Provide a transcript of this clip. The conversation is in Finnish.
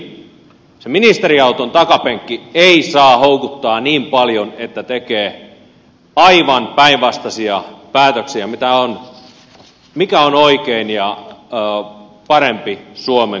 kuitenkaan se ministeriauton takapenkki ei saa houkuttaa niin paljon että tekee aivan päinvastaisia päätöksiä kuin mikä on oikein ja parempi suomen kansalle